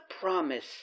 promise